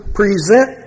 present